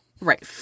Right